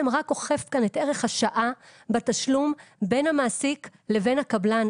כאן את ערך השעה בתשלום בין המעסיק לבין הקבלן.